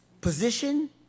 Position